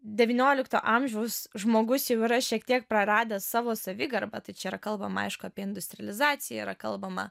devyniolikto amžiaus žmogus jau yra šiek tiek praradęs savo savigarbą tai čia ir kalbama aišku apie industrializaciją yra kalbama